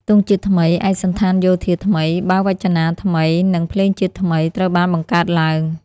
ទង់ជាតិថ្មី ឯកសណ្ឋានយោធាថ្មី បាវចនាថ្មី និងភ្លេងជាតិថ្មី ត្រូវបានបង្កើតឡើង។